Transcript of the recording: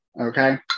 Okay